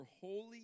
holy